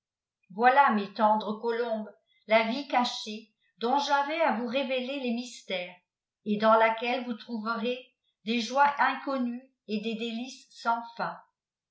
vnibii mes tendres colombes la vie cachée dontyavaià eifs révéler lemystèries et dans laquelle vouh trouverez des joies inconnues et des délices safns fin